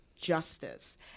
justice